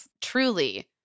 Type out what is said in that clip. Truly